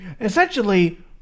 Essentially